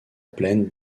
plaine